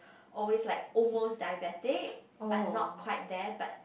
always like almost diabetic but not quite there but